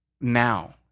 now